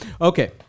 Okay